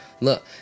Look